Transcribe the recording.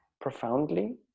profoundly